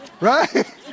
Right